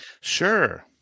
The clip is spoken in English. Sure